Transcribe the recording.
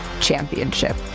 championship